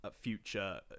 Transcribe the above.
future